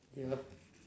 yup